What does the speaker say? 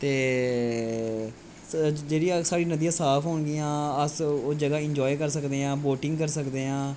ते जेह्ड़ियां साढियां नदियां साफ होंनगियां अस हर जगहा इंजाये करी सकनेआं अस वोटिंग करी सकदेआं